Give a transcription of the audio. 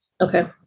Okay